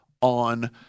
on